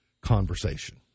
conversation